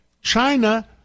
China